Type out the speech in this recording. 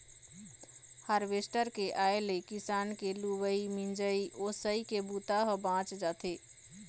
harvester के आए ले किसान के लुवई, मिंजई, ओसई के बूता ह बाँच जाथे